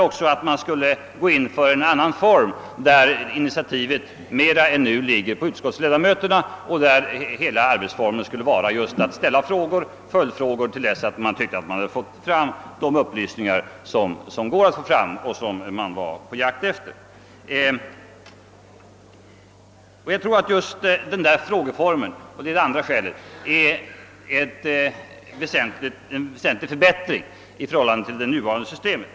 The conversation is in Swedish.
Vidare går man då också in för en annan form, där initiativet mer än nu ligger hos utskottsledamöterna och där hela arbetet går ut på att ställa frågor och följdfrågor till dess att man fått fram de upplysningar som går att få fram. Jag tror att just denna frågeform är en väsentlig förbättring jämfört med det nuvarande systemet.